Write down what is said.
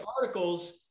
articles